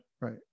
Right